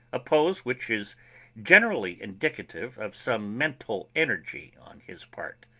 a pose which is generally indicative of some mental energy on his part.